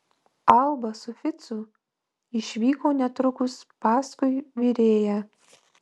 alba su ficu išvyko netrukus paskui virėją